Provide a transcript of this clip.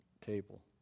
table